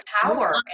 power